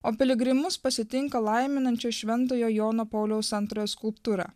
o piligrimus pasitinka laiminančio šventojo jono pauliaus antrojo skulptūra